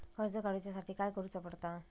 कर्ज काडूच्या साठी काय करुचा पडता?